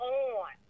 on